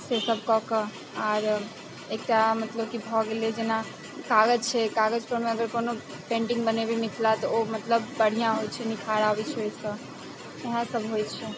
ओसब कऽ कऽ आओर एकटा मतलब कि भऽ गेलै जेना कागज छै कागजपर हम अगर कोनो पेन्टिङ्ग बनेबै मिथिला तऽ आओर मतलब बढ़िआँ होइ छै निखार आबै छै ओहिसँ इएहसब होइ छै